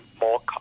more